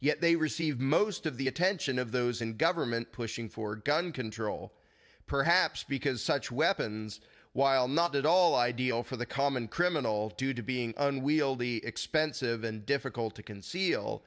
yet they receive most of the attention of those in government pushing for gun control perhaps because such weapons while not at all ideal for the common criminals due to being unwieldy expensive and difficult to conceal